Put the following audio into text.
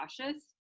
cautious